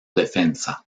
defensa